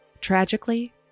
Tragically